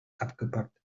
abgepackt